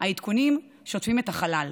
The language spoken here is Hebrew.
העדכונים שוטפים את החלל.